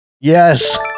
yes